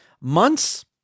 months